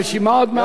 הרשימה עוד מעט,